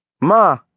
Ma